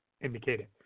indicated